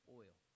oil